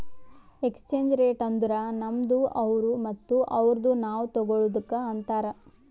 exchange rate ಅಂದುರ್ ನಮ್ದು ಅವ್ರು ಮತ್ತ ಅವ್ರುದು ನಾವ್ ತಗೊಳದುಕ್ ಅಂತಾರ್